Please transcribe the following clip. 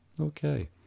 Okay